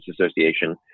Association